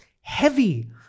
heavy